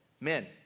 Men